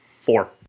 Four